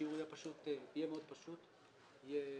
שהשיעור יהיה מאוד פשוט, יהיה